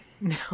No